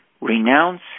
Renounce